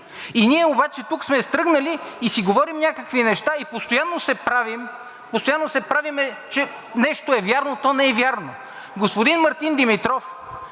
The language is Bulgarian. ЦИК. Ние тук сме тръгнали, говорим си някакви неща и постоянно се правим, че нещо е вярно, а то не е вярно. Господин Мартин Димитров